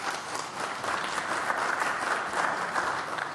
(מחיאות כפיים)